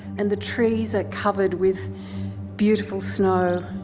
and the trees ah covered with beautiful snow,